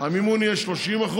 המימון יהיה 30%,